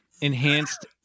Enhanced